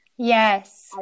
Yes